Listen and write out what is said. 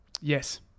Yes